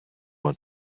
want